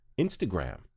Instagram